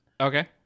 Okay